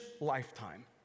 lifetime